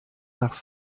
nach